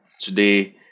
today